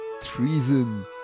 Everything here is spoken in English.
treason